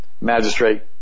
Magistrate